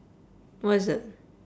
what is that